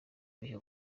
biha